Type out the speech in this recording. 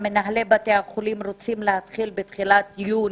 ומנהלי בתי החולים רוצים להתחיל בפיילוט בתחילת יוני,